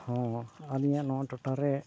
ᱦᱮᱸ ᱟᱹᱞᱤᱧᱟᱜ ᱱᱚᱣᱟ ᱴᱚᱴᱷᱟᱨᱮ